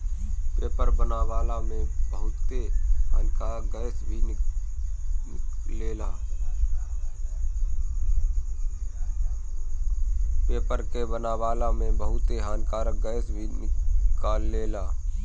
paper के बनावला में बहुते हानिकारक गैस भी निकलेला